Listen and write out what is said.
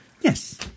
Yes